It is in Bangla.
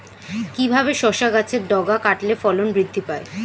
কিভাবে শসা গাছের ডগা কাটলে ফলন বৃদ্ধি পায়?